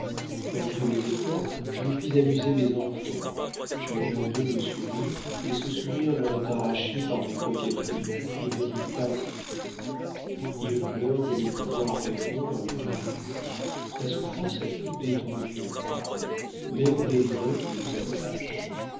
malgré mes efforts je ne puis amuser mes enfants chacun d'eux me sourit mais ce sourire leur est arraché par mes coquetteries et ne vient pas d'eux ils pleurent de ne pouvoir répondre à mes caresses la souffrance a tout détendu dans leur âme même les liens qui nous attachent